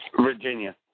Virginia